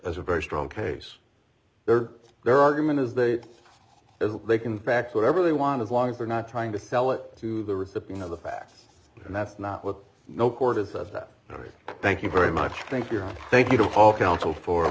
as a very strong case there their argument is that they can fax whatever they want as long as they're not trying to sell it to the recipient of the facts and that's not what no court is right thank you very much thank you thank you to fall council for